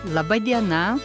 laba diena